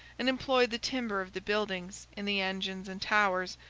and employed the timber of the buildings in the engines and towers,